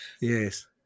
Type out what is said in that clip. Yes